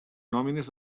nòmines